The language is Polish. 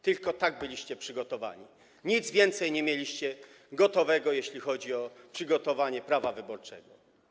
Tylko tak byliście przygotowani, nic więcej nie mieliście gotowego, jeśli chodzi o przygotowanie prawa wyborczego.